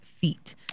feet